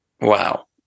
Wow